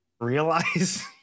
realize